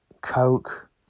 Coke